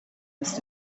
must